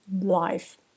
life